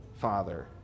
Father